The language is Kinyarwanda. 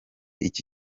iki